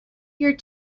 your